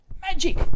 Magic